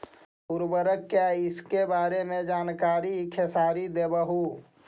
उर्वरक क्या इ सके बारे मे जानकारी खेसारी देबहू?